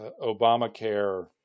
Obamacare